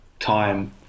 time